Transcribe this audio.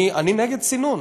אני נגד סינון.